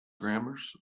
grammars